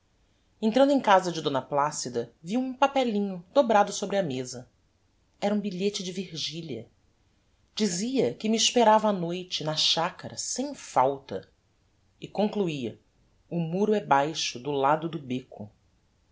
entrando em casa de d placida vi um papelinho dobrado sobre a mesa era um bilhete de virgilia dizia que me esperava á noite na chacara sem falta e concluía o muro é baixo do lado do becco